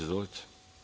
Izvolite.